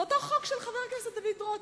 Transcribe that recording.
הוא אותו חוק של חבר הכנסת דוד רותם: